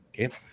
okay